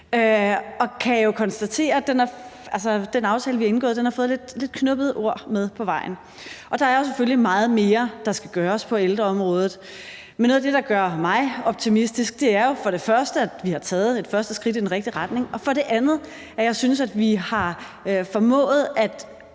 og kan konstatere, at den aftale, vi har indgået, har fået lidt knubbede ord med på vejen. Der er selvfølgelig meget mere, der skal gøres på ældreområdet, men noget af det, der gør mig optimistisk, er jo for det første, at vi har taget et første skridt i den rigtige retning, og for det andet, at jeg synes, at vi har formået at